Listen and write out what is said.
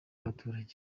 abaturage